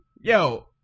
Yo